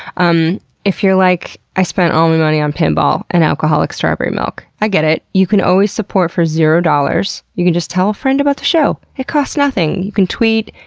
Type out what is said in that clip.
um if you're like, i spent all my money on pinball and alcoholic strawberry milk, i get it. you can always support for zero dollars. you can just tell a friend about the show, it costs nothing! you can tweet,